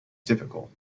typical